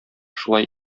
шулай